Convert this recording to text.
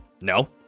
No